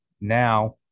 now